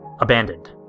abandoned